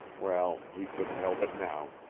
well, he couldn't help it now.